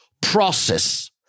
process